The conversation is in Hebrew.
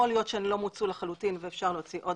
יכול להיות שהן לא מוצו לחלוטין ואפשר להוציא עוד